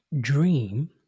dream